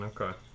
Okay